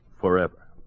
forever